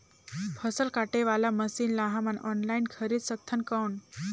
फसल काटे वाला मशीन ला हमन ऑनलाइन खरीद सकथन कौन?